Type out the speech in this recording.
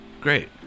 Great